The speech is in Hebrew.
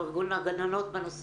או ארגון הגננות בנושא,